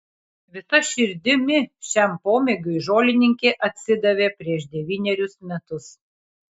visa širdimi šiam pomėgiui žolininkė atsidavė prieš devynerius metus